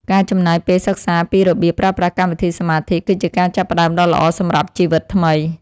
ការចំណាយពេលសិក្សាពីរបៀបប្រើប្រាស់កម្មវិធីសមាធិគឺជាការចាប់ផ្តើមដ៏ល្អសម្រាប់ជីវិតថ្មី។